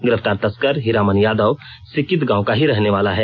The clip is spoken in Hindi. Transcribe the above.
गिरफ्तार तस्कर हीरामन यादव सिकिद गांव का ही रहने वाला है